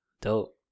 dope